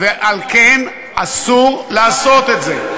על כן אסור לעשות את זה.